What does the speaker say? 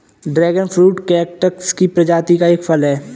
dragon fruit cactus की प्रजाति का एक फल है